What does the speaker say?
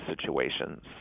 situations